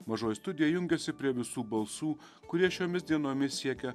mažoji studija jungiasi prie visų balsų kurie šiomis dienomis siekia